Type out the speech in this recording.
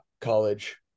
college